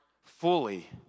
fully